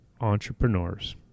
entrepreneurs